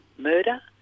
murder